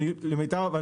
לא למיטב הבנתי.